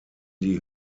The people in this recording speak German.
die